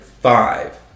five